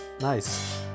Nice